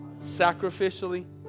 sacrificially